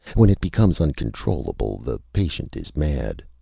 when it becomes uncontrollable, the patient is mad!